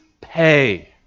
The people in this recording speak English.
pay